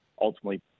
ultimately